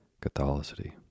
Catholicity